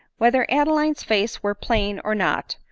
whether adeline's face were plain or not,